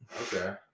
Okay